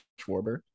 Schwarber